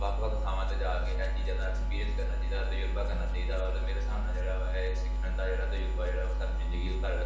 ਵੱਖ ਵੱਖ ਥਾਵਾਂ 'ਤੇ ਜਾ ਕੇ ਇਹ ਚੀਜ਼ਾਂ ਦਾ ਐਕਸਪੀਰੀਅੰਸ ਕਰਨਾ ਚਾਹੀਦਾ ਤਜਰਬਾ ਕਰਨਾ ਚਾਹੀਦਾ ਵਾ ਅਤੇ ਮੇਰੇ ਹਿਸਾਬ ਨਾਲ ਜਿਹੜਾ ਵਾ ਇਹ ਸਿੱਖਣ ਦਾ ਜਿਹੜਾ ਤਜਰਬਾ ਜਿਹੜਾ ਵਾ ਸਾਨੂੰ ਜ਼ਿੰਦਗੀ ਭਰ